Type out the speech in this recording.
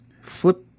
Flip